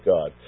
God